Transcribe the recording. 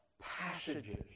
passages